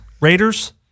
Raiders